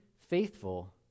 faithful